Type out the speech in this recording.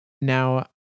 now